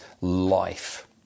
life